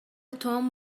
توم